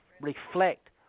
reflect